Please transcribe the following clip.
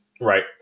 right